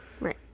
right